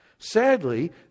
Sadly